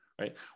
right